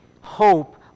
hope